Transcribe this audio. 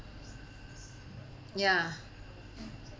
ya